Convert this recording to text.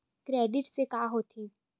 Credit से का होथे?